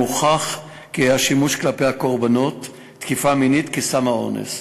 הוכח כי היה שימוש כלפי קורבנות תקיפה מינית בסם האונס.